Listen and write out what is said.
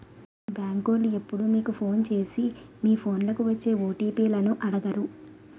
బేంకోలు ఎప్పుడూ మీకు ఫోను సేసి మీ ఫోన్లకి వచ్చే ఓ.టి.పి లను అడగరు